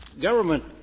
government